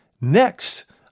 next